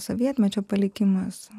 sovietmečio palikimas